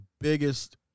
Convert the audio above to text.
biggest